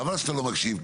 חבל שאתה לא מקשיב.